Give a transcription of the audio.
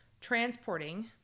transporting